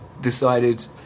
decided